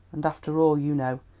and after all, you know,